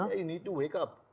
you need to wake up.